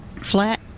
flat